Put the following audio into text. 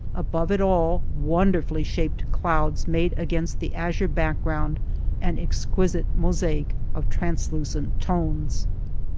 above it all wonderfully shaped clouds made against the azure back ground an exquisite mosaic of translucent tones.